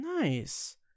nice